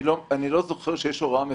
אני לא זוכר שיש הוראה מפורשת.